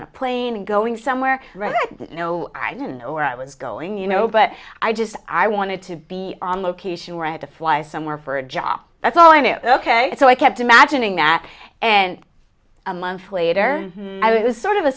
on a plane and going somewhere no i didn't know where i was going you know but i just i wanted to be on location where i had to fly somewhere for a job that's all i knew ok so i kept imagining that and a month later i was sort of a